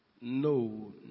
no